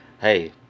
Hey